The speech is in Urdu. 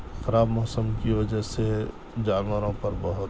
خراب موسم کی وجہ سے جانوروں پر بہت